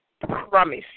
promise